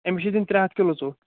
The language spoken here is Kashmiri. أمِس چھِ دِنۍ ترٛےٚ ہتھ کِلوٗ ژۄٛٹ